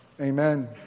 Amen